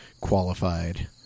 qualified